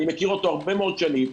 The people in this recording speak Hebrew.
אני מכיר אותו הרבה מאוד שנים,